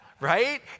right